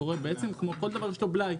כמו כל דבר, יש בלאי.